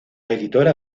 editora